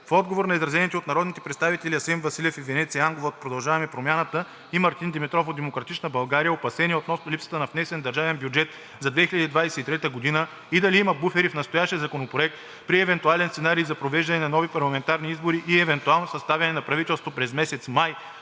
В отговор на изразените от народните представители Асен Василев и Венеция Ангова от „Продължаваме Промяната“ и Мартин Димитров от „Демократична България“ опасения относно липсата на внесен държавен бюджет за 2023 г. и дали има буфери в настоящия законопроект, при евентуален сценарий за провеждане на нови парламентарни избори и евентуално съставяне на правителство през месец май